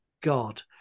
God